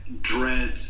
dread